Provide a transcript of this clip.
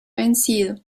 vencido